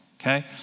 okay